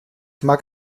mag